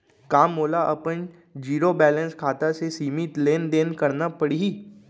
का मोला अपन जीरो बैलेंस खाता से सीमित लेनदेन करना पड़हि?